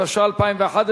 התשע"א 2011,